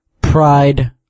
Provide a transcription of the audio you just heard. pride